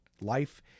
life